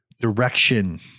direction